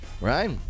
Right